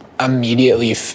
immediately